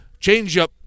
Changeup